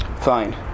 fine